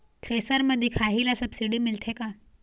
Thresher म दिखाही ला सब्सिडी मिलथे का?